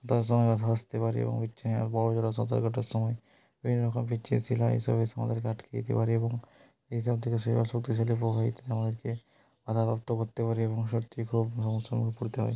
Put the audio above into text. সাঁতারের সময় বাধা আসতে পারে এবং বড়ো জলাশয় সাঁতার কাঁটার সময় এই রকম পিচ্ছিল শিলা শৈবাল আটকে যেতে পারে এবং এইসব থেকে শৈবাল শক্তিশালী প্রবাহকে বাধা প্রাপ্ত করতে পারে এবং সত্যি খুব সমস্যার মধ্যে পড়তে হয়